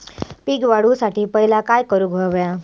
पीक वाढवुसाठी पहिला काय करूक हव्या?